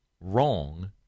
wrong